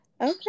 Okay